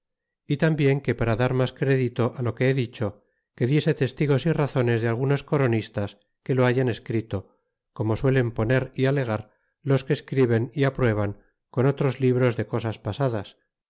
y tambien que para dar mas etédito d lo que he dicho que diese testigos y ratones de algunos coronistas que lo hayan escri'to como suelen poner y alegar los que esc ri ben y aprueban con otros libros de cosas pasadas